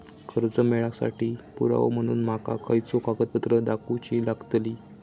कर्जा मेळाक साठी पुरावो म्हणून माका खयचो कागदपत्र दाखवुची लागतली?